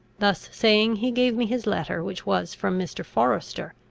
thus saying, he gave me his letter, which was from mr. forester,